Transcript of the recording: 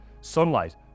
Sunlight